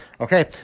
Okay